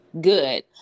good